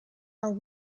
are